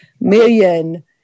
million